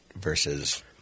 versus